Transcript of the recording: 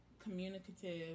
communicative